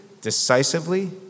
decisively